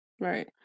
right